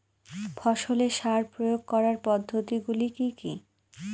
ফসলে সার প্রয়োগ করার পদ্ধতি গুলি কি কী?